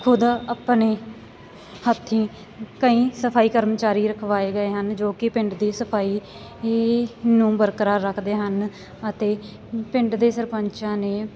ਖੁਦ ਆਪਣੇ ਹੱਥੀਂ ਕਈ ਸਫਾਈ ਕਰਮਚਾਰੀ ਰਖਵਾਏ ਗਏ ਹਨ ਜੋ ਕਿ ਪਿੰਡ ਦੀ ਸਫਾਈ ਈ ਨੂੰ ਬਰਕਰਾਰ ਰੱਖਦੇ ਹਨ ਅਤੇ ਪਿੰਡ ਦੇ ਸਰਪੰਚਾਂ ਨੇ